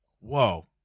Whoa